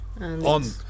On